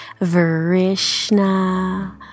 Varishna